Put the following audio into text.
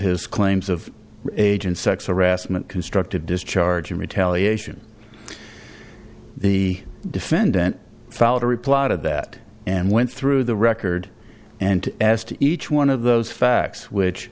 his claims of age and sex harassment constructive discharge and retaliation the defendant fell to replot of that and went through the record and asked each one of those facts which